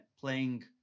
playing